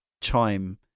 chime